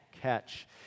catch